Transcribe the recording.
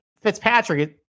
Fitzpatrick